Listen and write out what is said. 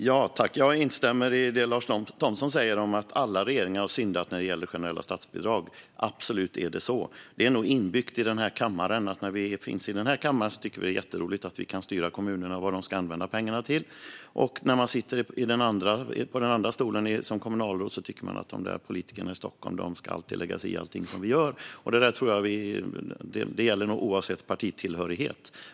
Herr talman! Jag instämmer i det som Lars Thomsson säger om att alla regeringar har syndat när det gäller generella statsbidrag. Det är absolut så. Det är nog inbyggt att när vi är i denna kammare tycker vi att det är jätteroligt att vi kan styra kommunerna och vad de ska använda pengarna till. Men när vi sitter på den andra stolen som kommunalråd tycker vi att politikerna i Stockholm alltid ska lägga sig i allt som vi gör. Detta gäller nog oavsett partitillhörighet.